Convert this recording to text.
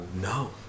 No